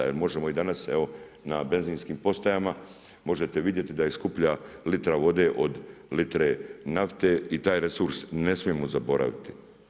Jer možemo i danas evo na benzinskim postajama možete vidjeti da je skuplja litra vode od litre nafte i taj resurs ne smijemo zaboraviti.